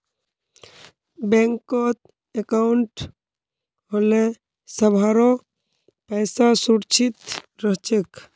बैंकत अंकाउट होले सभारो पैसा सुरक्षित रह छेक